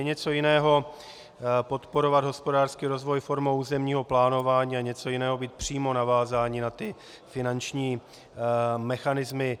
Je něco jiného podporovat hospodářský rozvoj formou územního plánování a něco jiného být přímo navázáni na ty finanční mechanismy.